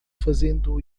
fazendo